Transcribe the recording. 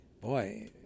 Boy